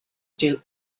still